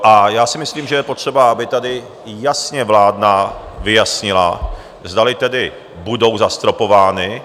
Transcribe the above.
A já si myslím, že je potřeba, aby tady jasně vláda vyjasnila, zdali tedy budou zastropovány...